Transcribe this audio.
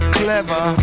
clever